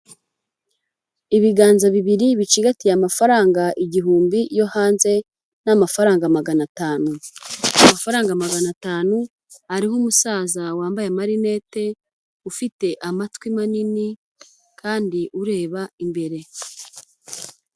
Ibiganza bibiri bicigatiye amafaranga igihumbi yo hanze n'amafaranga magana atanu. Amafaranga magana atanu ariho umusaza wambaye amarinete, ufite amatwi manini kandi ureba imbere.